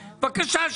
בבקשה,